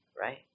Right